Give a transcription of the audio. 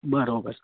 બરાબર